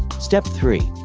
step three.